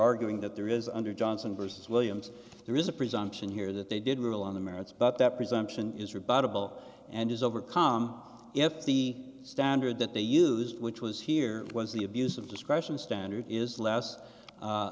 arguing that there is under johnson versus williams there is a presumption here that they did rule on the merits but that presumption is rebuttable and is overcome if the standard that they used which was here was the abuse of discretion standard is less